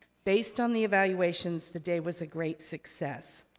based on the evaluations, the day was a great success.